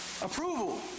Approval